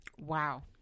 Wow